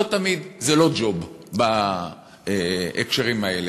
לא תמיד זה לא ג'וב בהקשרים האלה.